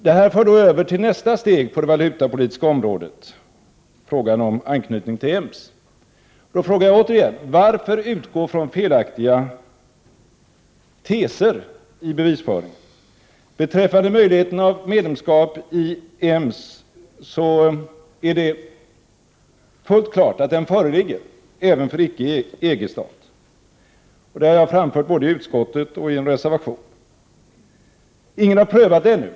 Det här för då över till nästa steg på det valutapolitiska området, frågan om anknytning till EMS. Jag frågar återigen: Varför utgå från felaktiga teser i bevisföringen? Beträffande möjligheten till medlemskap i EMS så är det fullt klart att denna föreligger även för icke-EG-stat. Detta har jag framfört både under utskottsbehandlingen och i en reservation. Ingen har prövat det ännu.